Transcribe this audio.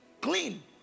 Clean